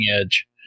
edge